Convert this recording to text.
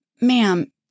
Ma'am